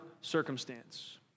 circumstance